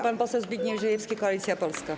Pan poseł Zbigniew Ziejewski, Koalicja Polska.